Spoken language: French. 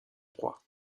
proies